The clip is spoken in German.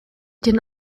den